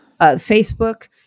Facebook